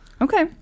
Okay